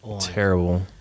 Terrible